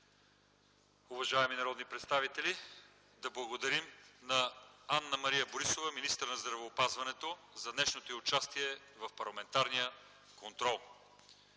Уважаеми народни представители, да благодарим на Анна-Мария Борисова – министър на здравеопазването, за днешното й участие в парламентарния контрол.